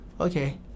okay